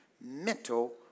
mental